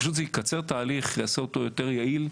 זה פשוט יקצר את התהליך, יעשה אותו יותר יעיל.